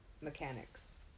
mechanics